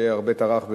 שהרבה טרח,